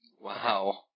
Wow